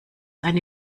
eine